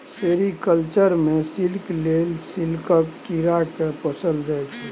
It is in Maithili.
सेरीकल्चर मे सिल्क लेल सिल्कक कीरा केँ पोसल जाइ छै